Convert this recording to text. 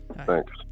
Thanks